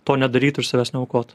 to nedarytų ir savęs neaukotų